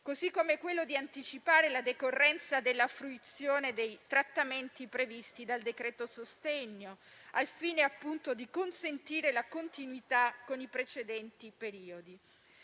la possibilità di anticipare la decorrenza della fruizione dei trattamenti previsti dal decreto sostegni, al fine appunto di consentire la continuità con i precedenti periodi.